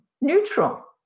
neutral